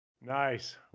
nice